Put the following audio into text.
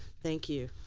thank you.